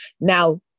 Now